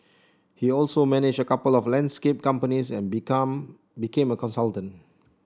he also managed a couple of landscape companies and become became a consultant